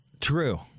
True